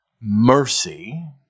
mercy